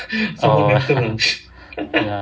oh ya